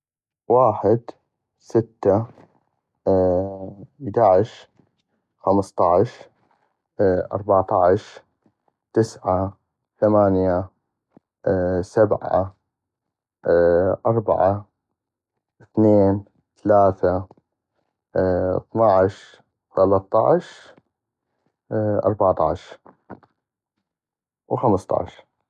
واحد ،ستة ،ادعش، خمسطعش ،ارباطعش تسعة ،ثمانية، سبعة ،اربعة ،اثنين، ثلاثة، اثنعش ،ثلطعش ،ارباطعش، وخمسطعش.